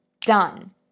done